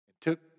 took